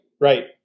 right